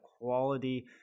quality